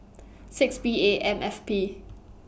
six B A M F P